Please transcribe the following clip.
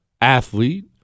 athlete